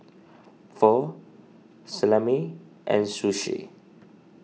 Pho Salami and Sushi